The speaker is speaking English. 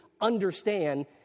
understand